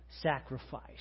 sacrifice